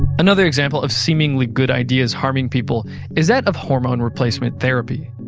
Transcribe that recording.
another example of seemingly good ideas harming people is that of hormone replacement therapy.